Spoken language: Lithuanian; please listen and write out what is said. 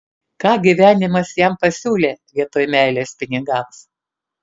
ką gyvenimas jam pasiūlė vietoj meilės pinigams